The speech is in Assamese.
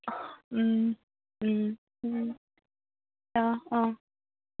অঁ অঁ